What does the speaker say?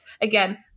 again